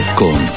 con